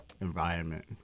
environment